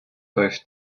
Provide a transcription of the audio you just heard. both